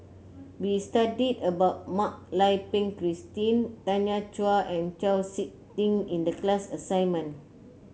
we studied about Mak Lai Peng Christine Tanya Chua and Chau SiK Ting in the class assignment